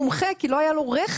מומחה כי לא היה לו רכב,